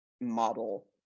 model